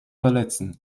verletzen